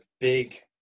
big